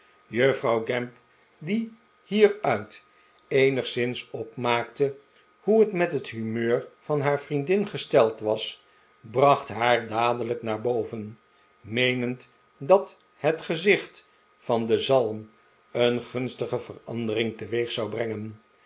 juffrouw gamp die hieruit eenigszins opmaakte hoe het met het humeur van haar vriendin gesteld was bracht haar dadelijk naar boven meenend dat het gezicht van de zalm een gunstige verandering teweeg zou brengen